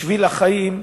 בשביל החיים",